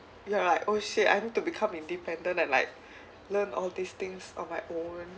you're like oh shit I need become independent and like learn all these things on my own